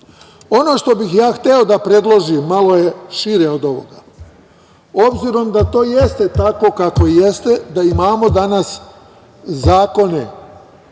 što bih ja hteo da predložim malo je šire od ovoga. S obzirom na to da to jeste tako kako jeste, da imamo danas zakone